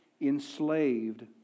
enslaved